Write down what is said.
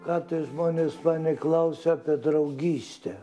kartais žmonės mane klausia apie draugystę